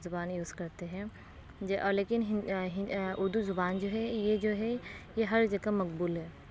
زبانیں یوز کرتے ہیں جو لیکن اُردو زبان جو ہے یہ جو ہے یہ ہر جگہ مقبول ہے